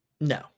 No